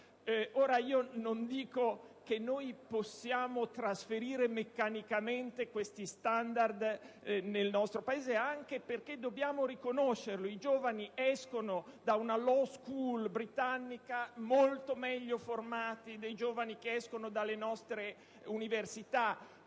Ora, non dico che possiamo trasferire meccanicamente questi standard nel nostro Paese, anche perché, dobbiamo riconoscerlo, i giovani che escono da una *law* *school* britannica sono molto meglio formati di quelli che escono dalle nostre università;